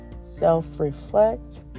self-reflect